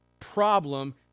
problem